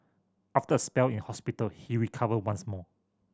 after a spell in hospital he recovered once more